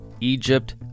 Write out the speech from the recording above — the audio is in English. Egypt